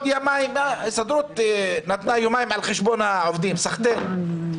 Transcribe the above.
ההסתדרות נתנה יומיים על חשבון העובדים סחתין.